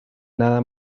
nada